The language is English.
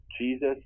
jesus